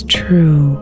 true